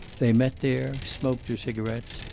they met there, smoked her cigarets,